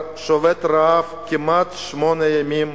הוא שובת רעב כבר כמעט שמונה ימים.